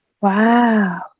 Wow